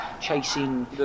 chasing